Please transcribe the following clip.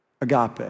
agape